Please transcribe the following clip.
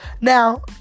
Now